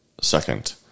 second